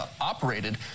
operated